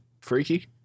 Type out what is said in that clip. Freaky